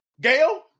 Gail